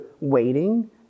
waiting